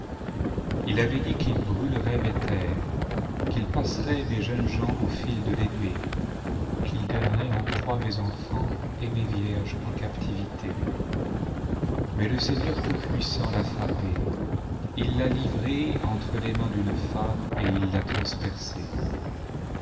il avait dit qu'il brûlerait mes ten-es qu'il passerait mes jeunes gens au fil de l'épée qu'il donnerait en proie mes enfants et mes vierges en captivité mais le seigneur tout-puissant l'a frappé il l'a livré entre les mains d'une femme et il l'a transpercé